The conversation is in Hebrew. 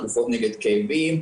תרופות נגד כאבים,